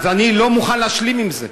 אז אני לא מוכן להשלים עם זה.